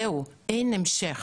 זהו, אין המשך.